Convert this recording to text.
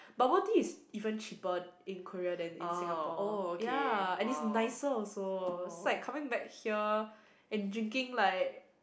bubble tea is even cheaper in Korea than in Singapore ya and it's nicer also it's like coming back here and drinking like